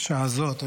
בשעה הזאת,